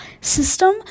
system